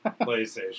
PlayStation